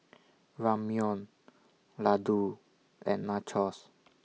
Ramyeon Ladoo and Nachos